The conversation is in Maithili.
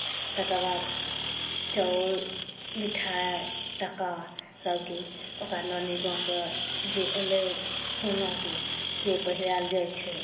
तकर बाद चाउर मिठाइ टाका सभकिछु ओकरा नानी गाँवसँ जे एलै सोनाके से पहिरायल जाइत छै